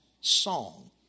song